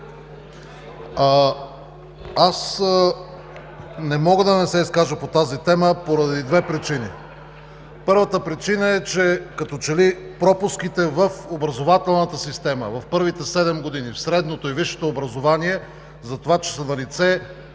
Не мога да не се изкажа по тази тема поради две причини. Първата причина е, че като че ли пропуските в образователната система в първите седем години, в средното и във висшето образование са налице